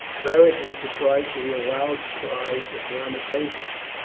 beric was surprised to hear loud cries of lamentation.